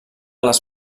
les